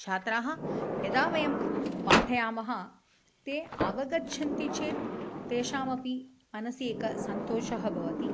छात्राः यदा वयं पाठयामः ते अवगच्छन्ति चेत् तेषामपि मनसि एकः सन्तोषः भवति